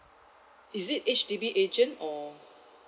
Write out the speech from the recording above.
is it H_D_B agent or